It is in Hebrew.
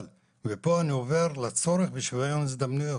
ופה אני עובר אל הצורך בשוויון הזדמנויות.